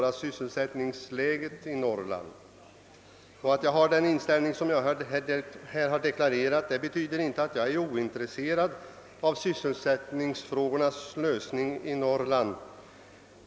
Att jag har den inställning som jag har deklarerat betyder inte att jag är ointresserad av sysselsättningsfrågornas lösning i Norrland.